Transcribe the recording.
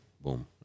boom